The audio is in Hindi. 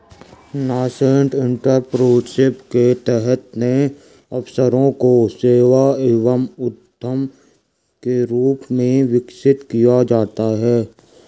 नासेंट एंटरप्रेन्योरशिप के तहत नए अवसरों को सेवा एवं उद्यम के रूप में विकसित किया जाता है